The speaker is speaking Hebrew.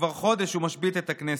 כשכבר חודש הוא משבית את הכנסת.